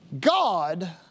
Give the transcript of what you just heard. God